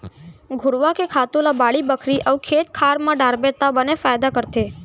घुरूवा के खातू ल बाड़ी बखरी अउ खेत खार म डारबे त बने फायदा करथे